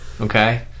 Okay